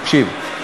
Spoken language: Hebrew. תקשיב,